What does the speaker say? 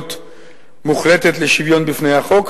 במחויבות מוחלטת לשוויון בפני החוק,